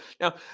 Now